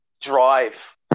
drive